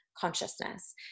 consciousness